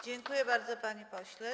Dziękuję bardzo, panie pośle.